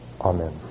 amen